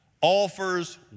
offers